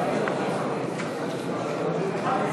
הביטחון, אדוני.